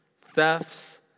thefts